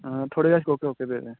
हां थुआड़े कश कोह्के कोह्के पेदे न